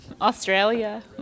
Australia